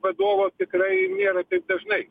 vadovo tikrai nėra taip dažnai